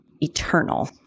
eternal